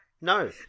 No